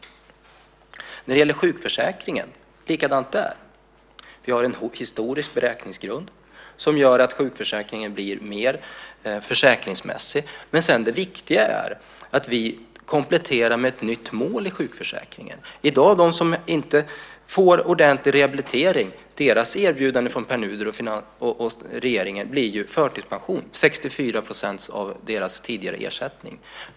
Samma sak gäller sjukförsäkringen. Vi har en historisk beräkningsgrund som gör att sjukförsäkringen blir mer försäkringsmässig. Dessutom kompletterar vi sjukförsäkringen med ett nytt mål, vilket är det viktiga. Erbjudandet till dem som i dag inte får ordentlig rehabilitering är från Pär Nuder och regeringen att bli förtidspensionerad - med 64 % av den tidigare ersättningen.